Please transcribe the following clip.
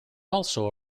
also